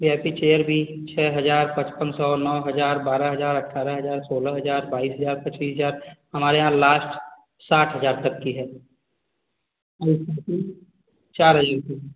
ये आपकी चेयर भी छः हजार पचपन सौ नौ हजार बारह हजार अठारह हजार सोलह हजार बाईस हजार पच्चीस हजार हमारे यहाँ लास्ट साठ हजार तक की है चार